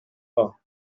pas